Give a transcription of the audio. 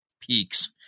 peaks